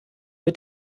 mit